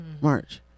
march